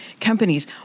companies